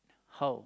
how